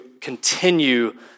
continue